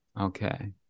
okay